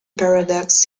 paradox